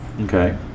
Okay